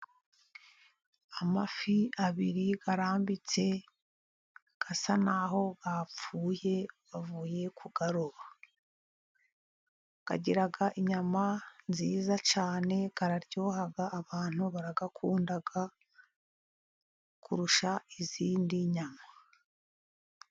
Amafi abiri arambitse asa naho yapfuye bavuye kuyaroba, agira inyama nziza cyane araryoha abantu bayakunda kurusha izindi nyama.